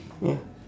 ya